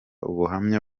ubuhamya